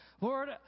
Lord